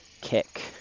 Kick